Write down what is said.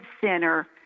center